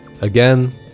again